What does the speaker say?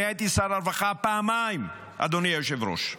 אני הייתי שר הרווחה פעמיים, אדוני היושב-ראש,